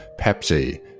Pepsi